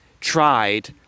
tried